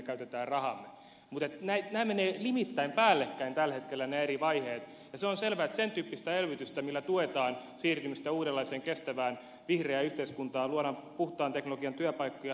mutta tällä hetkellä nämä eri vaiheet menevät limittäin päällekkäin ja se on selvä että tarvitaan sen tyyppistä elvytystä millä tuetaan siirtymistä uudenlaiseen kestävään vihreään yhteiskuntaan luodaan puhtaan teknologian työpaikkoja